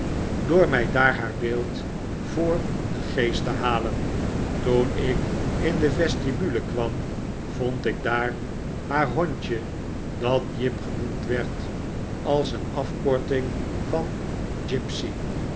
door mij daar haar beeld voor den geest te halen toen ik in de vestibule kwam vond ik daar haar hondje dat jip sjenoemd werd als een afkorting van gipsy